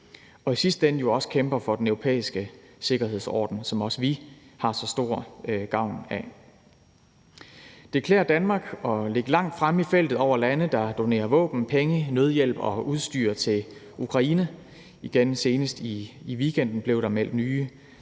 og i sidste ende jo også kæmper for den europæiske sikkerhedsorden, som også vi har så stor gavn af. Det klæder Danmark at ligge langt fremme i feltet over lande, der donerer våben, penge, nødhjælp og udstyr til Ukraine. Senest i weekenden blev der igen meldt nye